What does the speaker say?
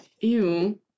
ew